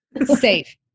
safe